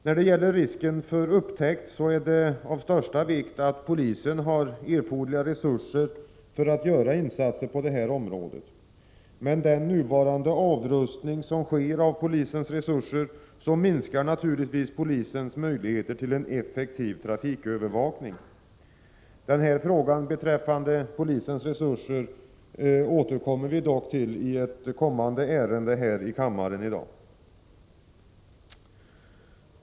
När det gäller risken för upptäckt är det av största vikt att polisen har erforderliga resurser för att göra insatser på detta område. Med den nuvarande avrustning som sker av polisens resurser minskar naturligtvis polisens möjligheter till en effektiv trafikövervakning. Frågan beträffande polisens resurser återkommer vi dock till i ett kommande ärende här i kammaren i dag.